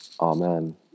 Amen